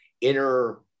inner